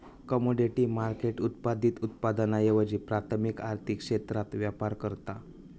commodity market उत्पादित उत्पादनांऐवजी प्राथमिक आर्थिक क्षेत्रात व्यापार करता